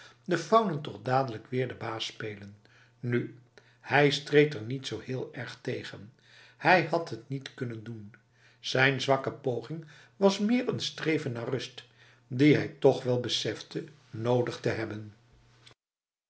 de faunen toch dadelijk weer de baas spelen nu hij streed er niet zo heel erg tegen hij had het niet kunnen doen zijn zwakke poging was meer een streven naar rust die hij toch wel besefte nodig te hebben